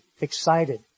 excited